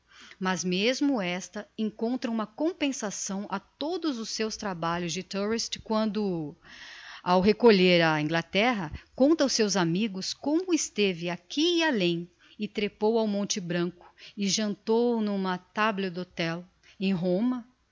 mas mesmo esta encontra uma compensação a todos os seus trabalhos de touriste quando ao recolher a inglaterra conta aos seus amigos como esteve aqui e além e trepou ao monte branco e jantou n'uma table d hote em